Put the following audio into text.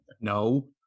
no